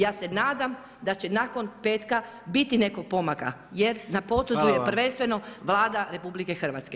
Ja se nadam da će nakon petka biti nekog pomaka jer na potezu je prvenstveno Vlada RH.